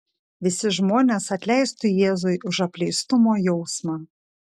visi žmonės atleistų jėzui už apleistumo jausmą